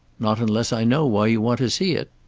not unless i know why you want to see it.